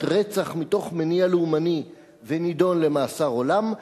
רצח מתוך מניע לאומני ונידון למאסר עולם,